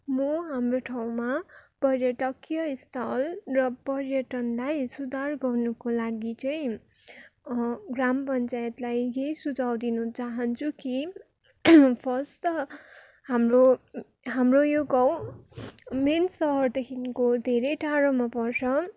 म हाम्रो ठाउँमा पर्यटकीय स्थल र पर्यटनलाई सुधार गर्नुको लागि चाहिँ ग्राम पञ्चायतलाई यही सुझाउ दिनु चाहन्छु कि फर्स्ट त हाम्रो हाम्रो यो गाउँ मेन सहरदेखिको धेरै टाडोमा पर्छ